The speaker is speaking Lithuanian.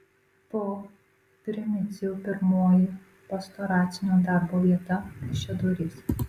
po primicijų pirmoji pastoracinio darbo vieta kaišiadorys